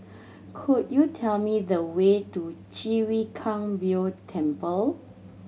could you tell me the way to Chwee Kang Beo Temple